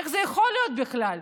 איך זה יכול להיות בכלל?